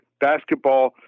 basketball